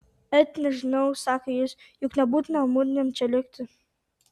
et nežinau sako jis juk nebūtina mudviem čia likti